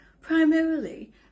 primarily